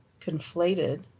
conflated